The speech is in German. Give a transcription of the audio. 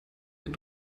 den